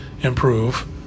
improve